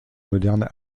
moderne